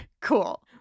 Cool